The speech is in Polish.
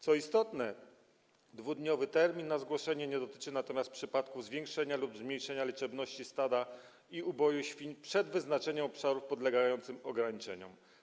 Co istotne, 2-dniowy termin na zgłoszenie nie dotyczy natomiast przypadków zwiększenia lub zmniejszenia liczebności stada i uboju świń przed wyznaczeniem obszarów podlegających ograniczeniom.